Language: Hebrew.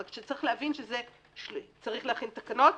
רק שיש להבין שצריך להכין תקנות,